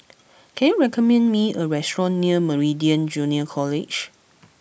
can you recommend me a restaurant near Meridian Junior College